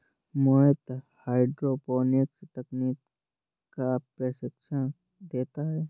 मोहित hydroponics तकनीक का प्रशिक्षण देता है